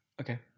Okay